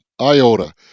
iota